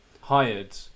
hired